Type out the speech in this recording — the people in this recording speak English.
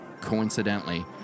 coincidentally